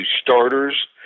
starters